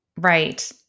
Right